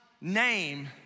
name